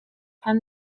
penn